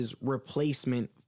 replacement